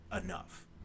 enough